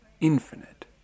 infinite